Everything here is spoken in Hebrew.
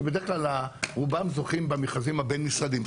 כי בדרך כלל רובם זוכים במכרזים הבין-משרדיים.